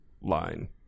line